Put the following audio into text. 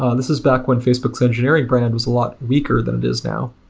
um this is back when facebook's engineering brand was a lot weaker than it is now.